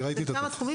אני ראיתי את הטופס.